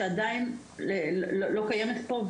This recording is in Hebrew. שעדיין לא קיימת פה,